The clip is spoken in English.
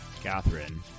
Catherine